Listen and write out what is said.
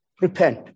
repent